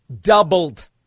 doubled